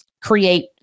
create